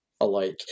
alike